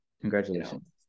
Congratulations